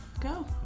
go